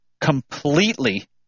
completely